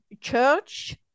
church